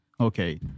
okay